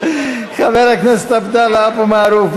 חבר הכנסת עבדאללה אבו מערוף,